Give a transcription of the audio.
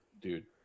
dude